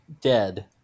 dead